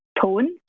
tone